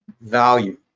Value